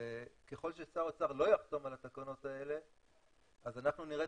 וככל ששר האוצר לא יחתום על התקנות האלה אז אנחנו נראה